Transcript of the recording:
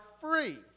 free